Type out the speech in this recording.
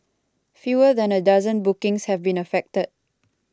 fewer than a dozen bookings have been affected